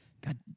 God